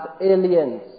aliens